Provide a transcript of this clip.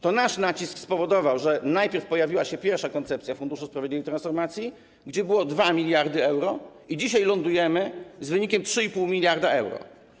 To nasz nacisk spowodował, że najpierw pojawiła się pierwsza koncepcja Funduszu Sprawiedliwej Transformacji, gdzie było 2 mld euro, i dzisiaj lądujemy z wynikiem 3,5 mld euro.